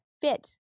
fit